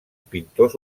pintors